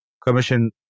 Commission